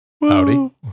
Howdy